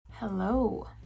Hello